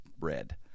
red